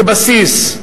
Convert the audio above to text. כבסיס,